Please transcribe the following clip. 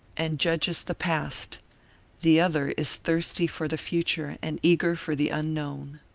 and judges the past the other is thirsty for the future and eager for the unknown.